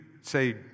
say